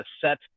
set